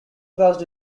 crossed